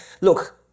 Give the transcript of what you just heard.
Look